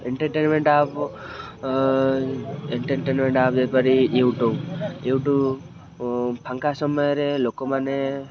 entertainment app entertainment app ଯେପରି YouTube YouTube ଫାଙ୍କା ସମୟରେ ଲୋକମାନେ